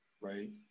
right